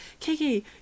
KK